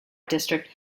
district